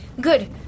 Good